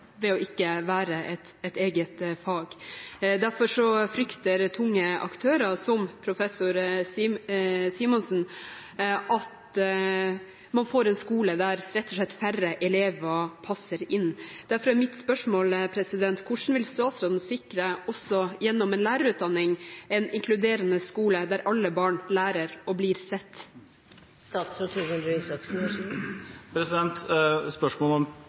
ved ikke å være et eget fag. Derfor frykter tunge aktører, som professor Simonsen, at man får en skole der rett og slett færre elever passer inn. Derfor er mitt spørsmål: Hvordan vil statsråden sikre – også gjennom en lærerutdanning – en inkluderende skole der alle barn lærer og blir sett?